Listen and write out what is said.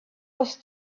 was